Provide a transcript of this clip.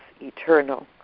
eternal